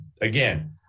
again